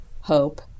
hope